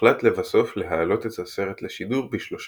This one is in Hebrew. הוחלט לבסוף להעלות את הסרט לשידור ב-3